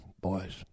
Boys